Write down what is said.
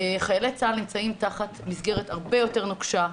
חיילי צה"ל נמצאים תחת מסגרת הרבה יותר נוקשה,